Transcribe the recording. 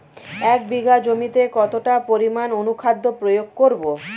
এক বিঘা জমিতে কতটা পরিমাণ অনুখাদ্য প্রয়োগ করব?